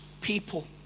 people